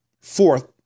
fourth